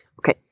Okay